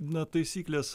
na taisyklės